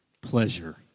pleasure